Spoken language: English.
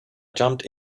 jumped